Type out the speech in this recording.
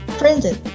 printed